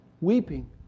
Weeping